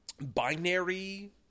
binary